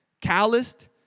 calloused